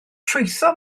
trwytho